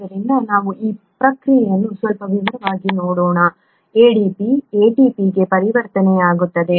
ಆದ್ದರಿಂದ ನಾವು ಈ ಪ್ರಕ್ರಿಯೆಯನ್ನು ಸ್ವಲ್ಪ ವಿವರವಾಗಿ ನೋಡೋಣ ADP ATPಗೆ ಪರಿವರ್ತನೆಯಾಗುತ್ತದೆ